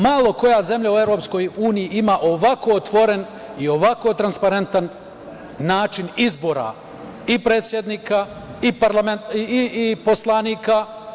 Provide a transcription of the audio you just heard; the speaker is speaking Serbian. Malo koja zemlja u EU ima ovako otvoren i ovako transparentan način izbora i predsednika i poslanika.